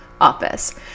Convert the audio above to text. office